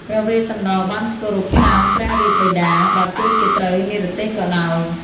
ព្រះវេស្សន្តរបានគោរពតាមព្រះរាជបិតា បើទោះជាត្រូវនិរទេសក៏ដោយ។